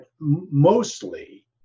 mostly